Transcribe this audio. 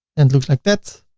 and looks like that.